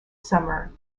summer